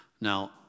Now